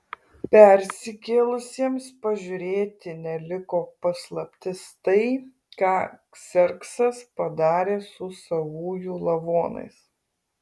persikėlusiems pažiūrėti neliko paslaptis tai ką kserksas padarė su savųjų lavonais